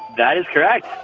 that is correct.